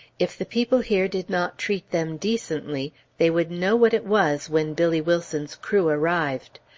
if the people here did not treat them decently, they would know what it was when billy wilson's crew arrived.